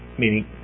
meaning